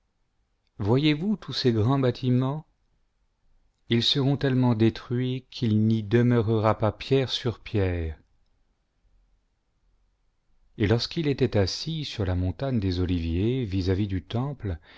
vous tous ces grands b timents ils seront tellement détruits qu'il n'y demeurera pas pierre sur pierre et lorsqu'il était assis sur la montagne des oliviers visà-vis du temple